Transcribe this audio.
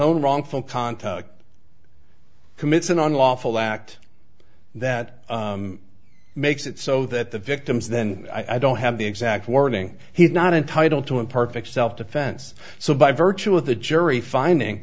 own wrongful contact commits an unlawful act that makes it so that the victims then i don't have the exact wording he's not entitled to imperfect self defense so by virtue of the jury finding